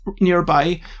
nearby